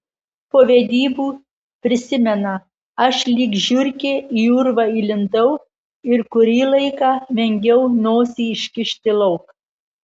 po vedybų prisimena aš lyg žiurkė į urvą įlindau ir kurį laiką vengiau nosį iškišti lauk